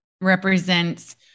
represents